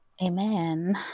Amen